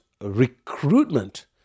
recruitment